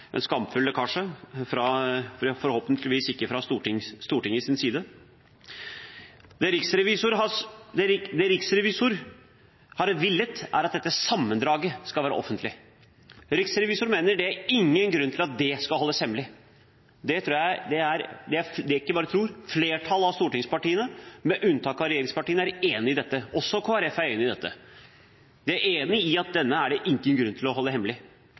en skamfull lekkasje, forhåpentligvis ikke fra Stortingets side. Det riksrevisor har villet, er at dette sammendraget skal være offentlig. Riksrevisor mener at det ikke er noen grunn til at det skal holdes hemmelig. Flertallet av stortingspartiene, med unntak av regjeringspartiene, er enig i dette. Også Kristelig Folkeparti er enig i dette. De er enig i at det ikke er noen grunn til å holde dette hemmelig.